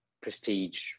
prestige